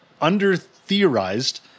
under-theorized